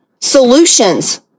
solutions